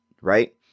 Right